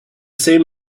same